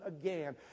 again